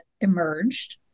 emerged